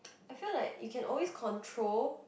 I feel like it can always control